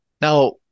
Now